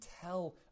tell